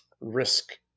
Risk